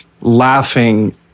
laughing